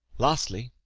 lastly,